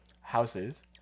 houses